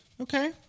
Okay